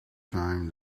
time